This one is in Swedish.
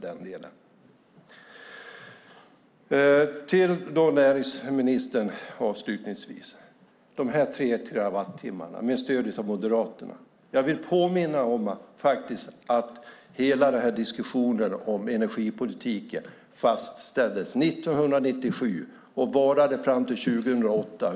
Avslutningsvis, näringsministern, har vi frågan om de tre terawattimmarna med stöd av Moderaterna. Jag vill påminna om att energipolitiken fastställdes 1997 och varade till 2008.